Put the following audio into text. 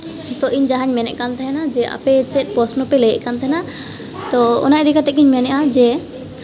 ᱱᱤᱛᱚᱜ ᱤᱧ ᱡᱟᱦᱟᱸᱧ ᱢᱮᱱᱮᱫ ᱠᱟᱱ ᱛᱟᱦᱮᱱᱟ ᱡᱮ ᱟᱯᱮ ᱪᱮᱫ ᱯᱚᱥᱱᱚ ᱯᱮ ᱞᱟᱹᱭᱮᱫ ᱠᱟᱱ ᱛᱟᱦᱮᱱᱟ ᱛᱚ ᱤᱫᱤ ᱠᱟᱛᱮᱫ ᱜᱤᱧ ᱢᱮᱱᱮᱫᱼᱟ ᱡᱮ